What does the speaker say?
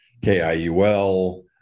KIUL